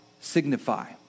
signify